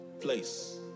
place